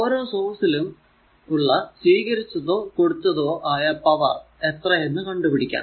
ഓരോ സോഴ്സിലും ഉള്ള സ്വീകരിച്ചതോ കൊടുത്തോ ആയ പവർ എത്രയെന്നു കണ്ടു പിടിക്കാം